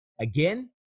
Again